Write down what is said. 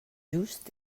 just